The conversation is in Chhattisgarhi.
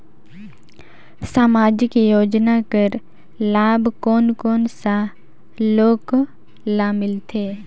समाजिक योजना कर लाभ कोन कोन सा लोग ला मिलथे?